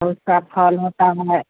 उसका फल होता है